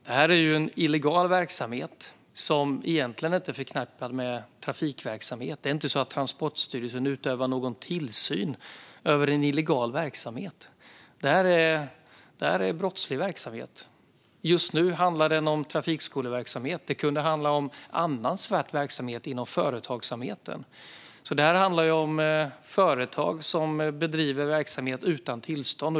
Det är fråga om en illegal verksamhet som egentligen inte är förknippad med trafikverksamhet. Det är inte så att Transportstyrelsen utövar någon tillsyn över en illegal verksamhet. Det är brottslig verksamhet. Just nu handlar den verksamheten om trafikskolor. Det kunde handla om annan svart verksamhet inom företagsamheten. Det handlar om företag som bedriver verksamhet utan tillstånd.